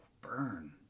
burn